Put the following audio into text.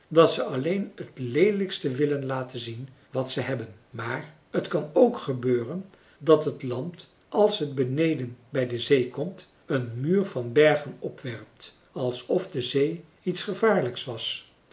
dat ze alleen het leelijkste willen laten zien wat ze hebben maar het kan ook gebeuren dat het land als het beneden bij de zee komt een muur van bergen opwerpt alsof de zee iets gevaarlijks was